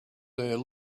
there